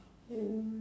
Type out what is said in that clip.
hmm